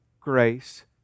grace